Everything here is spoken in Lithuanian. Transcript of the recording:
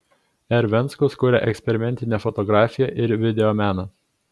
r venckus kuria eksperimentinę fotografiją ir videomeną